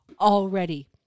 Already